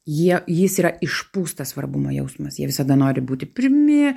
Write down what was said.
jie jis yra išpūstas svarbumo jausmas jie visada nori būti pirmi